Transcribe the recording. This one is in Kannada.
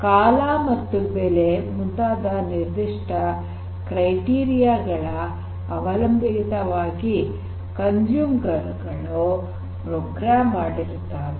ಕಾಲ ಮತ್ತು ಬೆಲೆ ಮುಂತಾದ ನಿರ್ಧಿಷ್ಟ ಕ್ರೈಟಿರಿಯ ಗಳ ಅವಲಂಬಿತವಾಗಿ ಕನ್ಸೂಮರ್ ಗಳು ಪ್ರೋಗ್ರಾಮ್ ಮಾಡಿರುತ್ತಾರೆ